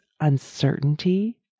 uncertainty